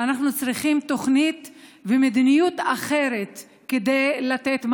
אנחנו צריכים תוכנית ומדיניות אחרת כדי לתת מענה.